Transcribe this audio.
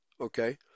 okay